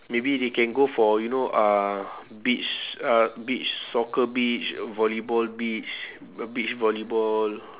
maybe they can go for you know uh beach uh beach soccer beach volleyball beach beach volleyball